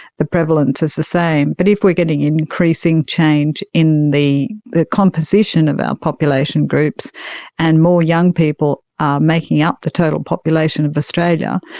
the prevalence is the same. but if we are getting increasing change in the the composition of our population groups and more young people are making up the total population of australia,